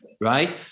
Right